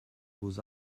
beaux